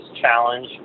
challenge